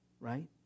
right